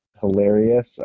hilarious